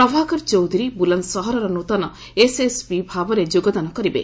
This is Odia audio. ପ୍ରଭାକର ଚୌଧୁରୀ ବୁଲନ୍ଦସହରର ନୃତନ ଏସ୍ଏସ୍ପି ଭାବରେ ଯୋଗଦାନ କରିବେ